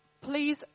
please